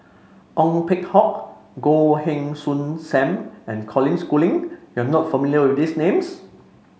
Ong Peng Hock Goh Heng Soon Sam and Colin Schooling you are not familiar with these names